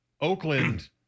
Oakland